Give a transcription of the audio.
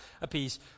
apiece